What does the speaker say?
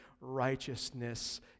righteousness